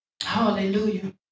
Hallelujah